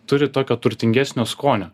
turi tokio turtingesnio skonio